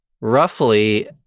roughly